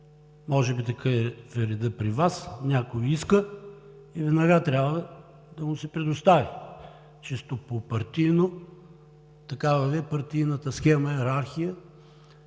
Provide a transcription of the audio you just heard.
Може би такъв е редът при Вас – някой иска и веднага трябва да му се предостави, чисто по партийно. Такава Ви е партийната схема, йерархия.